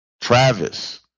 travis